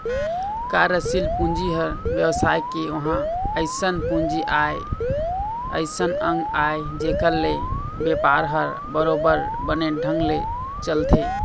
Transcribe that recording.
कार्यसील पूंजी ह बेवसाय के ओहा अइसन पूंजी आय अइसन अंग आय जेखर ले बेपार ह बरोबर बने ढंग ले चलथे